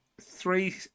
three